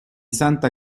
santa